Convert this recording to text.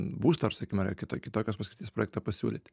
būstą ar sakykime ar kito kitokios paskirties projektą pasiūlyti